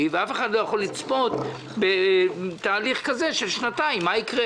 ואף אחד לא יכול לצפות בתהליך של שנתיים מה יקרה